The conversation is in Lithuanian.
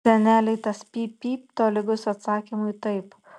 senelei tas pyp pyp tolygus atsakymui taip